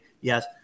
Yes